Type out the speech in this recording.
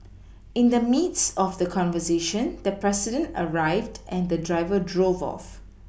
in the midst of the conversation the president arrived and the driver drove off